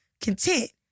content